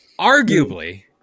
arguably